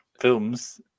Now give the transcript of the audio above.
Films